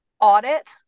audit